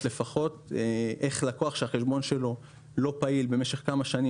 כי איך לקוח שהחשבון שלו לא פעיל במשך כמה שנים,